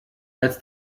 als